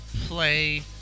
play